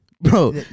Bro